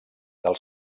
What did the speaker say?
del